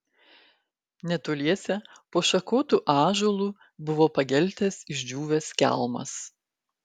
netoliese po šakotu ąžuolu buvo pageltęs išdžiūvęs kelmas